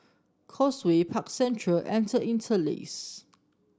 Causeway Park Central and The Interlace